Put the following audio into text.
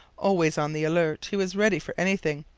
always on the alert he was ready for anything,